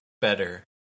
better